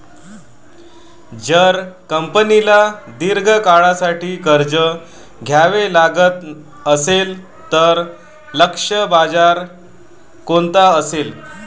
जर कंपनीला दीर्घ काळासाठी कर्ज घ्यावे लागत असेल, तर लक्ष्य बाजार कोणता असेल?